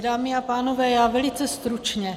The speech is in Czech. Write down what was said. Dámy a pánové, já velice stručně.